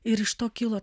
ir iš to kilo